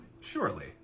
Surely